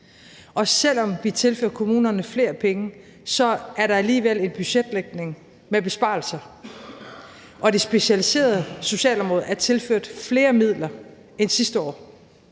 og selv om vi tilfører kommunerne flere penge, er der alligevel en budgetlægning med besparelser. Det specialiserede socialområde er tilført flere midler end sidste år,